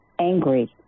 angry